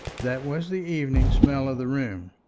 that was the evening smell of the room.